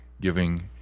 giving